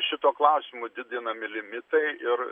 šituo klausimu didinami limitai ir